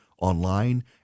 online